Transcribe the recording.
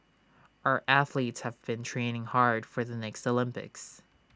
our athletes have been training hard for the next Olympics